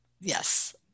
Yes